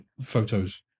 photos